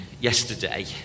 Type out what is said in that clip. yesterday